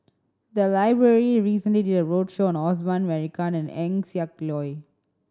the library recently did a roadshow on Osman Merican and Eng Siak Loy